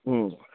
হুম